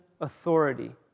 authority